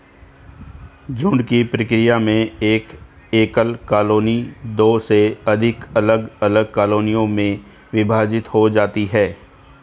झुंड की प्रक्रिया में एक एकल कॉलोनी दो से अधिक अलग अलग कॉलोनियों में विभाजित हो जाती है